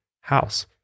house